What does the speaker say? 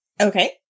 Okay